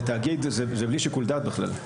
בתאגיד זה בלי שיקול דעת בכלל,